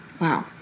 Wow